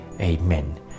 Amen